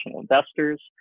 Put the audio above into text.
investors